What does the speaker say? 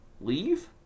leave